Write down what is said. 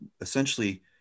essentially